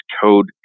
code